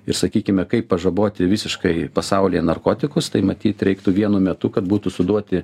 ir sakykime kaip pažaboti visiškai pasaulyje narkotikus tai matyt reiktų vienu metu kad būtų suduoti